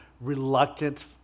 reluctant